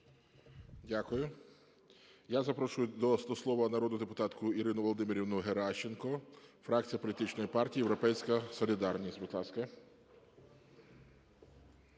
Дякую. Я запрошую до слова народну депутатку Ірину Володимирівну Геращенко, фракція політичної партії "Європейська солідарність".